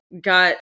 got